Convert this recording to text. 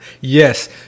Yes